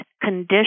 condition